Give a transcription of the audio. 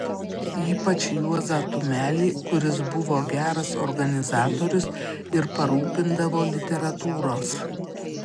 ypač juozą tumelį kuris buvo geras organizatorius ir parūpindavo literatūros